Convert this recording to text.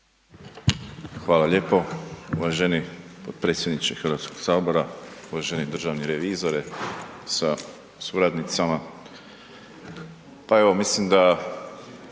Hvala lijepo uvaženi potpredsjedniče HS-a, uvaženi državni revizore sa suradnicama. Pa evo, mislim da